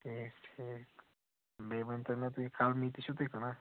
ٹھیک ٹھیک بیٚیہِ ؤنۍ تَو مےٚ تُہۍ کَلمی تہِ چھُو تُہۍ کٕنان